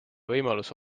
võimalus